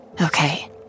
Okay